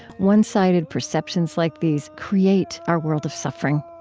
one-sided perceptions like these create our world of suffering.